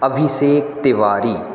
Abhishek Tiwari